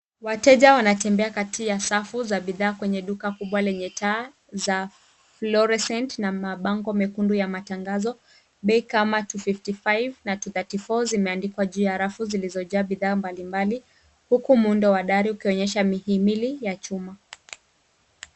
Wateja wanatembea kati ya safu za bidhaa kwenye duka kubwa lenye taa za fluorescent na mabango mekundu ya matangazo, bei kama two fifty five na two thirty four zimeandikwa juu ya rafu zilizojaa bidhaa mbalimbali, huku muundo wa dari ukionyesha mihimili ya chuma.